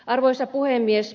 arvoisa puhemies